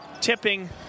tipping